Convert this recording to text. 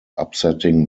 upsetting